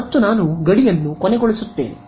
ಮತ್ತು ನಾನು ಗಡಿಯನ್ನು ಕೊನೆಗೊಳಿಸುತ್ತೇನೆ